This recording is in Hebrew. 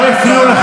מעולם לא האמנת.